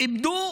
איבדו